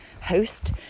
host